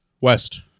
West